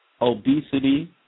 obesity